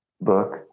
book